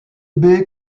baies